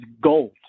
gold